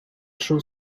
should